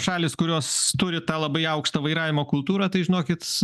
šalys kurios turi tą labai aukštą vairavimo kultūrą tai žinokit